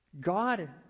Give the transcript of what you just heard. God